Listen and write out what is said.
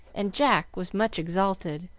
and jack was much exalted,